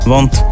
Want